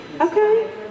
Okay